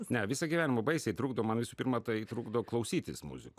ne visą gyvenimą baisiai trukdo man visų pirma tai trukdo klausytis muzikų